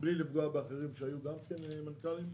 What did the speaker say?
כמובן בלי לפגוע באחרים גם כן שהיו מנכ"לים.